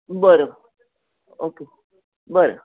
बरं ओके बरं